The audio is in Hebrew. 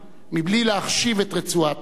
מבלי להחשיב את רצועת-עזה,